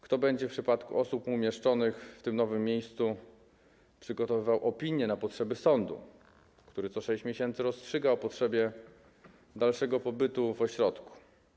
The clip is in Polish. Kto będzie w przypadku osób umieszczonych w tym nowym miejscu przygotowywał opinie na potrzeby sądu, który co 6 miesięcy rozstrzyga o potrzebie dalszego pobytu w ośrodku?